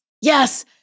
Yes